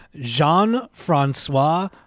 Jean-Francois